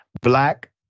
Black